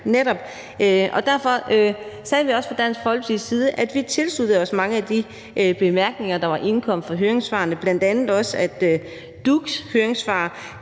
derfor sagde vi også fra Dansk Folkepartis side, at vi tilsluttede os mange af de bemærkninger, der var indkommet fra høringssvarene. Bl.a. skrev DUKH i deres høringsvar,